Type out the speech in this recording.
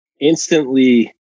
instantly